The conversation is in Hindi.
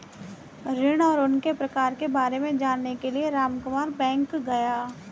ऋण और उनके प्रकार के बारे में जानने के लिए रामकुमार बैंक गया